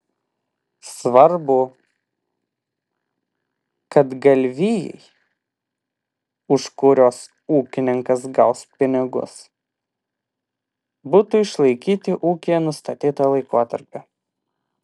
svarbu kad galvijai už kuriuos ūkininkas gaus pinigus būtų išlaikyti ūkyje nustatytą laikotarpį